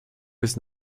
bis